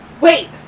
Wait